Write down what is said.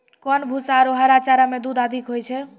कोन भूसा आरु हरा चारा मे दूध अधिक होय छै?